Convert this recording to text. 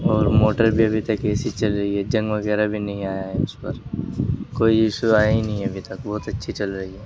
اور موٹر بھی ابھی تک ایسی ہی چل رہی ہے زنگ وغیرہ بھی نہیں آیا ہے اس پر کوئی ایشو آیا ہی نہیں ہے ابھی تک بہت اچھی چل رہی ہے